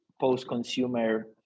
post-consumer